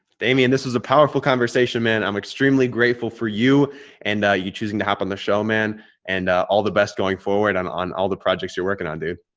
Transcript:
baby and this is a powerful conversation man. i'm extremely grateful for you and you choosing to hop on the show man and all the best going forward on all the projects you're working on dude.